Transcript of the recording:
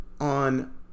on